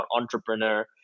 entrepreneur